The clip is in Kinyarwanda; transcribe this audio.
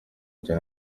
cyane